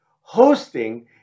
Hosting